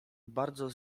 bardzo